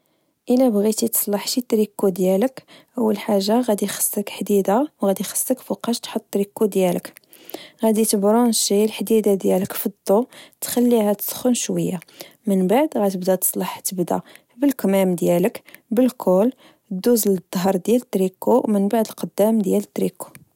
إلا بغيتي تصلح شي تريكو ديالك، أول حاجة غدي خاصك حديدة و غادي خسك فوقاش تحط تريكو ديالك، غدي تبرونشي الحديدة ديالك في الضو، تخليها تسخن شويا، من بعد غتبدا تصلح تبدا بالكمام ديالك، بالكول، دوز الظهر ديال تريكو ومن بعد القدام ديال تريكو